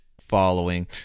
following